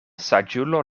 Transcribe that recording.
saĝulo